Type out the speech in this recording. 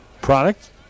product